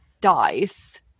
dies